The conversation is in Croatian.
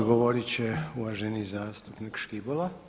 Odgovoriti će uvaženi zastupnik Škibola.